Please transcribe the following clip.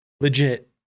legit